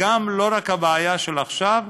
לא רק הבעיה של עכשיו,